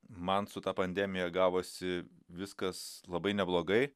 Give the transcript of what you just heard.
man su ta pandemija gavosi viskas labai neblogai